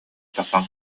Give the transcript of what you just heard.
тахсан